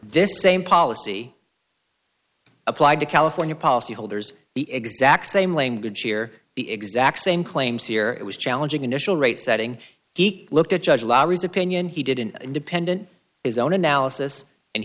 this same policy applied to california policyholders the exact same language here the exact same claims here it was challenging initial rate setting he looked at judge laurie's opinion he did an independent his own analysis and